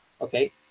Okay